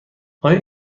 آیا